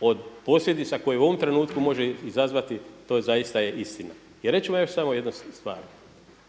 od posljedica koje u ovom trenutku može izazvati to je zaista istina. I reći ću vam samo još jednu stvar.